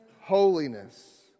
holiness